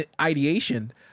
ideation